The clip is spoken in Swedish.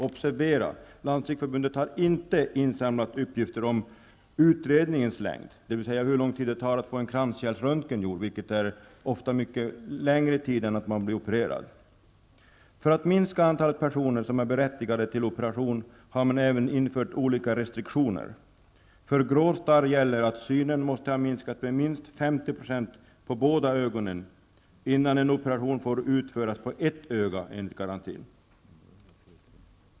Observera att Landstingsförbundet inte har samlat in uppgifter om utredningarnas längd, dvs. hur lång tid det tar att få en kranskärlsröntgen gjord -- vilket ofta tar längre tid än att bli opererad. För att minska antalet personer som är berättigade till operation har man även infört olika restriktioner. För grå starr gäller att synen måste ha minskat med minst 50 % på båda ögonen innan en operation får utföras på ett öga, enligt garantin.